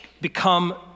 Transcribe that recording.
become